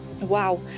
wow